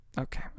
Okay